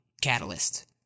Catalyst